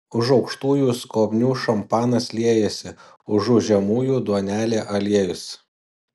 už aukštųjų skobnių šampanas liejasi užu žemųjų duonelė aliejus